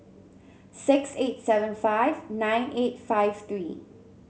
six eight seven five nine eight five three